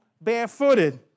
barefooted